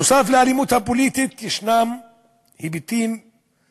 נוסף על האלימות הפוליטית יש היבטים או